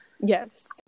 Yes